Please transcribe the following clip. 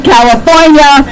California